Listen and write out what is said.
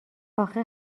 اخه